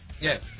Yes